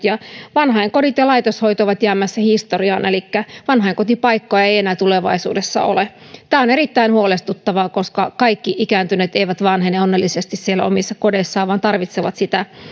vanhainkodit ja laitoshoito ovat jäämässä historiaan elikkä vanhainkotipaikkoja ei enää tulevaisuudessa ole tämä on erittäin huolestuttavaa koska kaikki ikääntyneet eivät vanhene onnellisesti siellä omissa kodeissaan vaan tarvitsevat